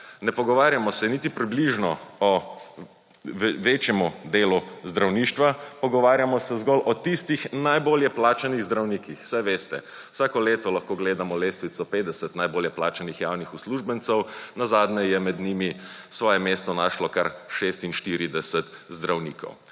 Ne pogovarjamo se niti približno o večjemu delu zdravništva, pogovarjamo se zgolj o tistih najbolje plačanih zdravnikih, saj veste, vsako leto lahko gledamo lestvico 50 najboljše plačanih javnih uslužbencev, nazadnje je med njimi svoje mesto našlo kar 46 zdravnikov.